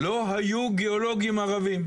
לא היו גיאולוגים ערבים.